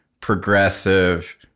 progressive